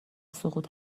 سقوط